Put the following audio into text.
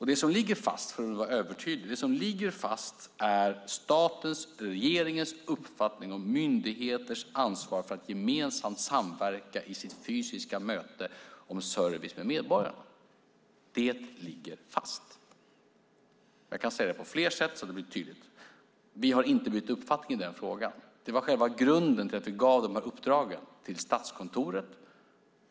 Det som ligger fast, för att vara övertydlig, är statens och regeringens uppfattning om myndigheters ansvar för att samverka i sitt fysiska möte med service till medborgarna. Jag kan säga det på fler sätt, så att det blir tydligt. Vi har inte bytt uppfattning i den frågan. Det var själva grunden till att vi gav uppdragen till Statskontoret.